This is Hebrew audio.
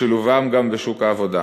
לשילובם גם בשוק העבודה.